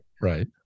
Right